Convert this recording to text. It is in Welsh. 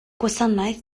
gwasanaeth